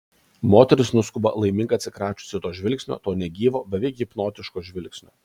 moteris nuskuba laiminga atsikračiusi to žvilgsnio to negyvo beveik hipnotiško žvilgsnio